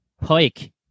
Pike